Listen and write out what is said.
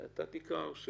אתה תקרא או שהוא?